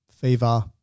fever